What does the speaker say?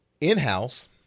in-house